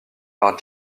par